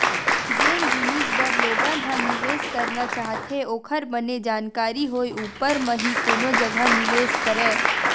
जेन जिनिस बर लोगन ह निवेस करना चाहथे ओखर बने जानकारी होय ऊपर म ही कोनो जघा निवेस करय